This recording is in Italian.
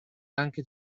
anche